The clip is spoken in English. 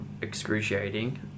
excruciating